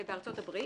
ובארצות הברית,